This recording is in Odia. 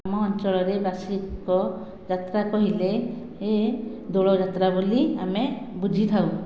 ଆମ ଅଞ୍ଚଳରେ ବାର୍ଷିକ ଯାତ୍ରା କହିଲେ ଏହି ଦୋଳ ଯାତ୍ରା ବୋଲି ଆମେ ବୁଝିଥାଉ